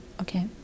Okay